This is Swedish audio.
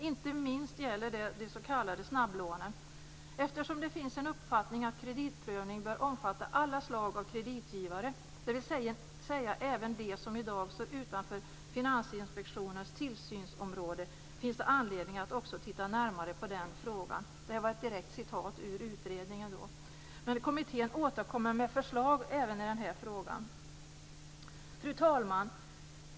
Inte minst gäller det de s.k. Eftersom det finns en uppfattning att kreditprövning bör omfatta alla slag av kreditgivare, dvs. även de som idag står utanför Finansinspektionens tillsynsområde, finns det anledning att också titta närmare på den frågan." Kommittén återkommer med förslag även i den här frågan. Fru talman!